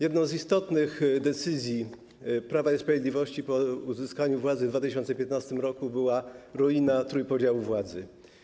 Jedną z istotnych decyzji Prawa i Sprawiedliwości po uzyskaniu władzy w 2015 r. była ruina trójpodziału władzy.